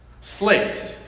Slaves